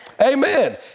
Amen